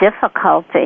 difficulty